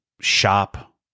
shop